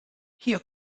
hier